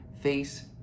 face